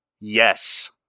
Yes